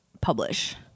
publish